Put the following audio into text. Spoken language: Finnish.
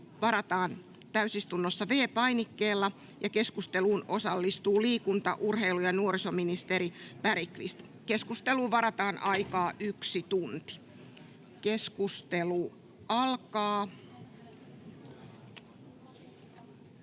varataan täysistunnossa V-painikkeella. Keskusteluun osallistuu liikunta-, urheilu- ja nuorisoministeri Bergqvist. Keskusteluun varataan aikaa yksi tunti. — Keskustelu alkaa.